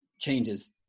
changes